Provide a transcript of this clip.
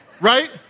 Right